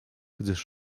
gdyż